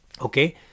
okay